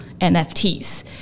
NFTs